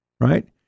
right